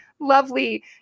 lovely